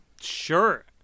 sure